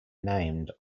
named